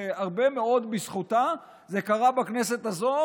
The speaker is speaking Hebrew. שהרבה מאוד בזכותה זה קרה בכנסת הזו,